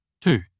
Two